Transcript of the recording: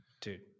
Dude